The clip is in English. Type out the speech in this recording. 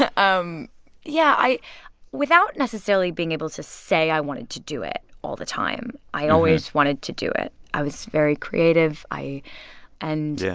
ah um yeah, i without necessarily being able to say i wanted to do it all the time, i always wanted to do it. i was very creative. i and. yeah.